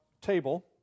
table